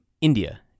India